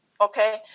okay